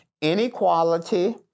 inequality